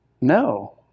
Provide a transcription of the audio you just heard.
no